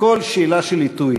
הכול שאלה של עיתוי,